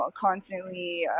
constantly